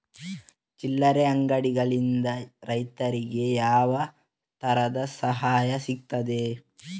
ಚಿಲ್ಲರೆ ಅಂಗಡಿಗಳಿಂದ ರೈತರಿಗೆ ಯಾವ ತರದ ಸಹಾಯ ಸಿಗ್ತದೆ?